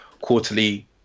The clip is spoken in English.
quarterly